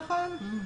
נכון.